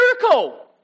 miracle